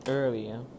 earlier